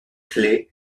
clé